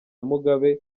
mugabe